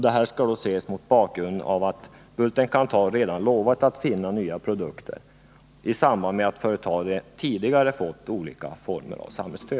Detta skall ses mot bakgrund av att Bulten-Kanthal redan har lovat att försöka finna nya produkter i samband med att företaget tidigare har fått olika former av samhällsstöd.